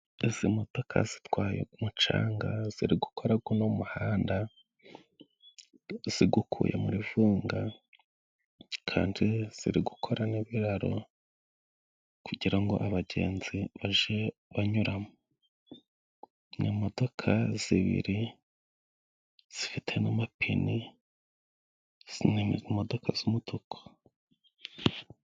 Izi imodoka zitwaye umucanga ziri gukora guno muhanda zigukuye muri Vunga kandi ziri gukora n'ibiraro kugira ngo abagenzi baje banyuramo. Ni imodoka zibiri zifite n'amapine, zimwe ni imodoka z'umutuku.